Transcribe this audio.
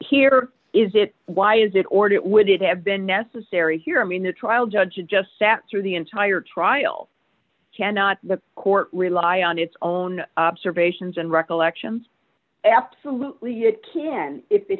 here is it why is it or it would have been necessary here i mean the trial judge had just sat through the entire trial cannot the court rely on its own observations and recollections absolutely it can if